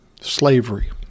slavery